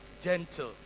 Gentle